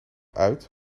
uit